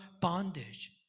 bondage